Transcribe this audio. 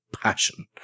passion